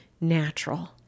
natural